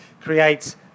creates